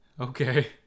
Okay